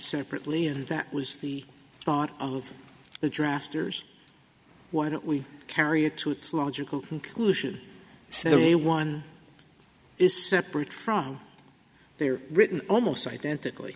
separately and that was the thought of the drafters why don't we carry it to its logical conclusion so the way one is separate from their written almost identical